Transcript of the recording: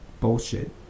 bullshit